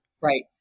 Right